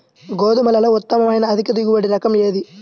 గోధుమలలో ఉత్తమమైన అధిక దిగుబడి రకం ఏది?